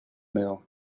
meal